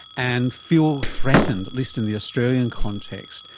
and feel threatened, at least in the australian context,